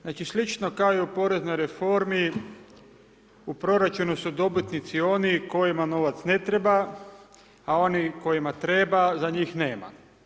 Znači, slično kao i u poreznoj reformi, u proračunu su dobitnici oni kojima novac ne treba, a oni kojima treba, za njih nema.